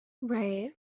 Right